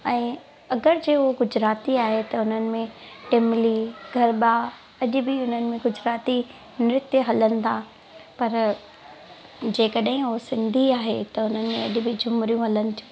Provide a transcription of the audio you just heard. ऐं अगरि जे हू गुजराती आहे त उन्हनि में टिमली गरबा अॼु बि उन्हनि में गुजराती नृत्य हलनि था पर जेकॾहिं हू सिंधी आहे त उन्हनि में अॼु बि झूमरियूं हलनि थियूं